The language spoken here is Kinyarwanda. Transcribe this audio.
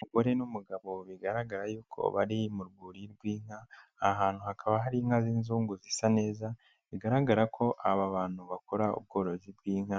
Umugore n'umugabo bigaragara yuko bari mu rwuri rw'inka, aha hantu hakaba hari inka z'inzungu zisa neza, bigaragara ko aba bantu bakora ubworozi bw'inka,